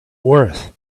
worth